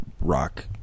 rock